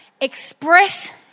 express